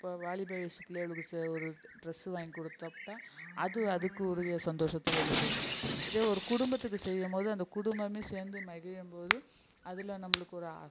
இப்போ வாலிப வயது பிள்ளைகளுக்கு சே ஒரு டிரஸ்ஸு வாங்கிக் கொடுத்தம்ன்னா அது அதுக்குரிய சந்தோஷத்தை வெளிப்படுத்தும் இதே ஒரு குடும்பத்துக்கு செய்யும்போது அந்தக் குடும்பமே சேர்ந்து மகிழும்போது அதில் நம்பளுக்கு ஒரு ஆ